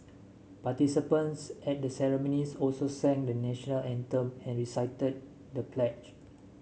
participants at the ceremonies also sang the National Anthem and recited the pledge